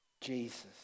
Jesus